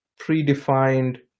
predefined